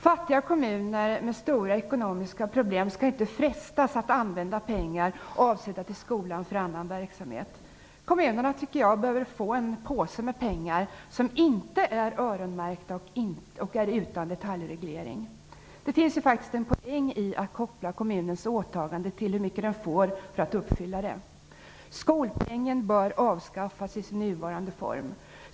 Fattiga kommuner med stora ekonomiska problem skall inte frestas att använda pengar avsedda för skolan till annan verksamhet. Kommunerna bör få en påse med pengar som inte är öronmärkta och som är utan detaljreglering. Det finns faktiskt en poäng i att koppla kommunens åtagande till hur mycket den får för att uppfylla det. Skolpengen bör avskaffas i sin nuvarande form.